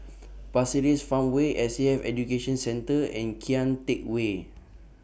Pasir Ris Farmway S A F Education Centre and Kian Teck Way